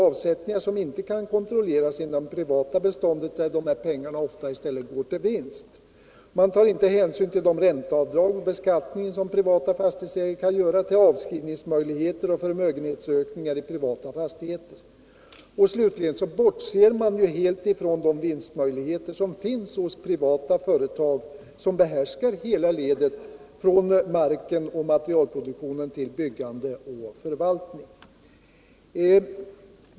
I det privata beståndet kan avsättningarna inte kontrolleras, utan där går pengarna i stället ofta som vinst till ägarna. Någon hänsyn tas inte heller till de ränteavdrag vid beskattningen som privata fastighetsägare kan göra eller till avskrivningsmöjligheter och förmögenhetsökningar i privata fastigheter. Slutligen bortses helt från vinstmöjligheter hos sådana privata företag som behärskar hela ledet, från ägande av marken och materialproduktionen till byggande och förvaltning.